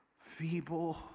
feeble